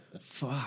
Fuck